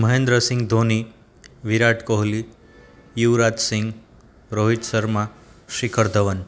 Mahendra Singh Dhoni Virat Kohli Yuvraj Singh Rohit Sharma Shikhar Dhawan